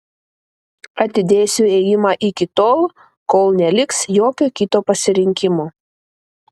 atidėsiu ėjimą iki tol kol neliks jokio kito pasirinkimo